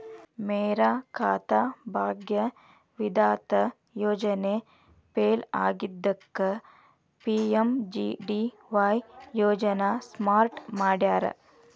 ಮೇರಾ ಖಾತಾ ಭಾಗ್ಯ ವಿಧಾತ ಯೋಜನೆ ಫೇಲ್ ಆಗಿದ್ದಕ್ಕ ಪಿ.ಎಂ.ಜೆ.ಡಿ.ವಾಯ್ ಯೋಜನಾ ಸ್ಟಾರ್ಟ್ ಮಾಡ್ಯಾರ